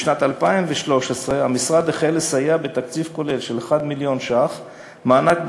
בשנת 2013 המשרד החל לסייע בתקציב כולל של 1 מיליון ש"ח מענק,